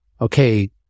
okay